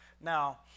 Now